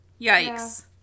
Yikes